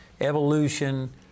evolution